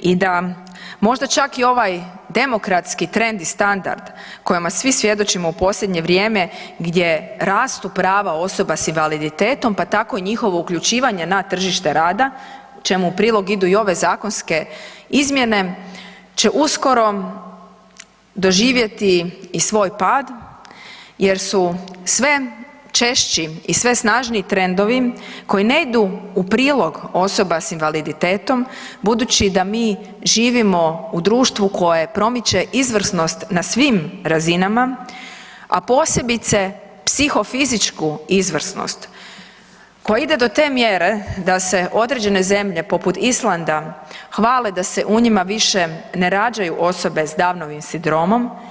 i da možda čak i ovaj demokratski trend i standard kojemu svi svjedočimo u posljednje vrijeme gdje rastu prava osoba s invaliditetom pa tako i njihovo uključivanje na tržište rada čemu u prilog idu i ove zakonske izmjene će uskoro doživjeti i svoj pad, jer su sve češći i sve snažniji trendovi koji ne idu u prilog osoba s invaliditetom budući da mi živimo u društvu koje promiče izvrsnost na svim razinama a posebice psiho-fizičku izvrsnost koja ide do te mjere da se određene zemlje poput Islanda hvale da se u njima više ne rađaju osobe sa Downovim sindromom.